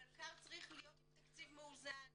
מלכ"ר צריך להיות עם תקציב מאוזן,